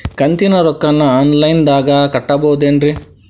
ಕಂತಿನ ರೊಕ್ಕನ ಆನ್ಲೈನ್ ದಾಗ ಕಟ್ಟಬಹುದೇನ್ರಿ?